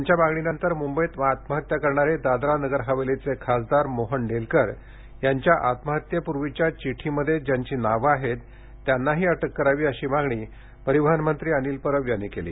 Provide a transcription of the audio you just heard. त्यांच्या मागणीनंतर मुंबईत आत्महत्या करणारे दादरा नगरहवेलीचे खासदार मोहन डेलकर यांच्या आत्महत्येपूर्वीच्या चिड्डीमध्ये ज्यांची नावे आहेत त्यांनाही अटक करावी अशी मागणी परिवहन मंत्री अनिल परब यांनी केली